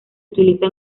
utiliza